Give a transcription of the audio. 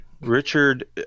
Richard